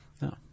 No